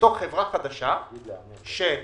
לתוך חברה חדשה שתשב